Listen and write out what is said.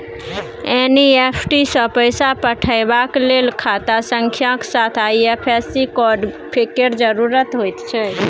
NEFT सँ पैसा पठेबाक लेल खाता संख्याक साथ आई.एफ.एस.सी कोड केर जरुरत होइत छै